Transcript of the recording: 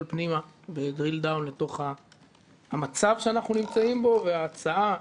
פנימה לעומק המצב שאנחנו נמצאים בו וההצעה,